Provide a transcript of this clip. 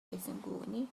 байсангүй